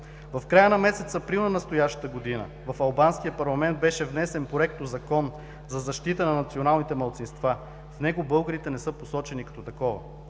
В края на месец април на настоящата година в Албанския парламент беше внесен Проектозакон за защита на националните малцинства. В него българите не са посочени като такова.